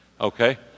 Okay